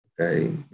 Okay